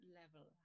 level